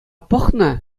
пӑхнӑ